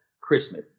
Christmas